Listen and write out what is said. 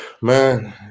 Man